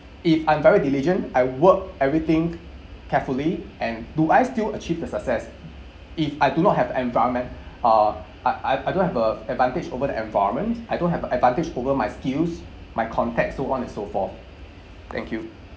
if I'm very diligent I work everything carefully and do I still achieve a success if I do not have environment uh I I I don't have an advantage over the environment I don't have an advantage over my skills my contacts so on and so forth thank you